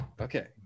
okay